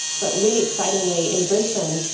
but really excitingly in brisbane,